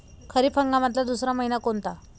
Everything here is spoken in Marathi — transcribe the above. खरीप हंगामातला दुसरा मइना कोनता?